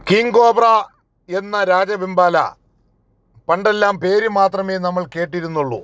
King cobra എന്ന രാജവെമ്പാല പണ്ടെല്ലാം പേര് മാത്രമേ നമ്മൾ കേട്ടിരുന്നുള്ളൂ